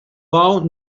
bou